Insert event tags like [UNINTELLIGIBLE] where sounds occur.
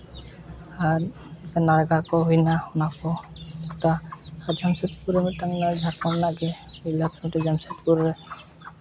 ᱟᱨ [UNINTELLIGIBLE] ᱵᱮᱱᱟᱣ ᱚᱱᱟ ᱠᱚ ᱟᱨ ᱡᱟᱢᱥᱮᱹᱫᱽᱯᱩᱨ ᱨᱮ ᱢᱤᱫᱴᱟᱝ ᱡᱷᱟᱲᱠᱷᱚᱸᱰ ᱨᱮᱱᱟᱜ ᱜᱮ [UNINTELLIGIBLE] ᱡᱟᱢᱥᱮᱫᱯᱩᱨ